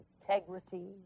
integrity